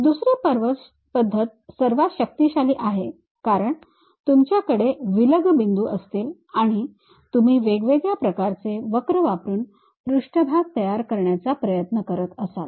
दुसरी पद्धत सर्वात शक्तिशाली आहे कारण तुमच्याकडे विलग बिंदू असतील आणि तुम्ही वेगवेगळ्या प्रकारचे वक्र वापरून पृष्ठभाग तयार करण्याचा प्रयत्न करत असाल